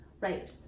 right